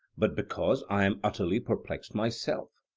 but because i am utterly perplexed myself.